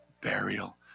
burial